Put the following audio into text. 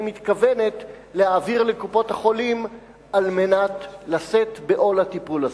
מתכוונת להעביר לקופות-החולים על מנת לשאת בעול הטיפול הזה.